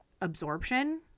absorption